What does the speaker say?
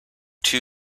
two